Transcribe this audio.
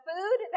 food